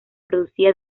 producía